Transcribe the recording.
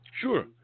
Sure